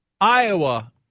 Iowa